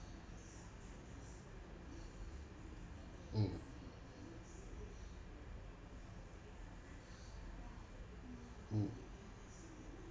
mm mm